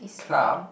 is um